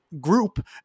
group